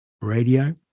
Radio